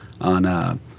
on